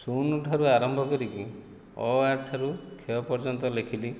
ଶୂନ ଠାରୁ ଆରମ୍ଭ କରିକି ଅ ଆ ଠାରୁ କ୍ଷ ପର୍ଯ୍ୟନ୍ତ ଲେଖିଲି